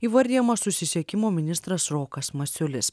įvardijamas susisiekimo ministras rokas masiulis